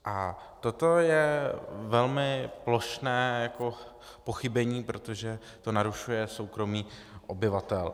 A toto je velmi plošné pochybení, protože to narušuje soukromí obyvatel.